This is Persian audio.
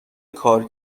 کار